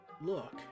look